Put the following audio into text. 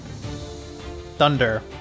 Thunder